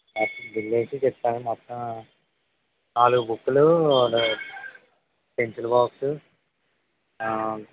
bill అయితే చెప్తానండి మొత్తం నాలుగు బుక్కులు పెన్సిల్ బాక్సు